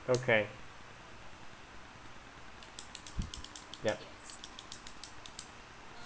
okay yup